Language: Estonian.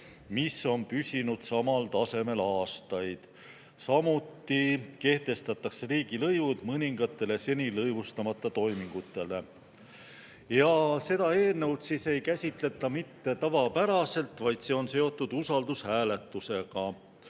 mis on püsinud samal tasemel aastaid. Samuti kehtestatakse riigilõivud mõningatele seni lõivustamata toimingutele. Seda eelnõu ei käsitleta mitte tavapäraselt, vaid see on seotud usaldushääletusega.